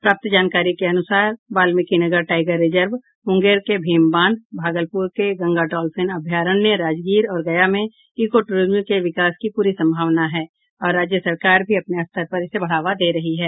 प्राप्त जानकारी के अनुसार वाल्मीकिनगर टाईगर रिजर्व मुंगेर के भीम बांध भागलपुर के गंगा डॉल्फिन अभ्यारण्य राजगीर और गया में इको टूरिज्म के विकास की पूरी संभावना है और राज्य सरकार भी अपने स्तर पर इसे बढ़ावा दे रही है